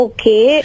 Okay